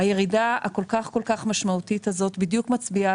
הירידה הכל כך משמעותית הזאת בדיוק מצביעה